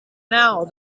now